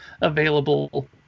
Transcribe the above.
available